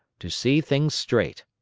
to see things straight.